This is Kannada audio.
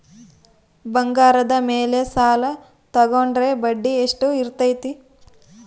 ಬಂಗಾರದ ಮೇಲೆ ಸಾಲ ತೋಗೊಂಡ್ರೆ ಬಡ್ಡಿ ಎಷ್ಟು ಇರ್ತೈತೆ?